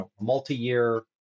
multi-year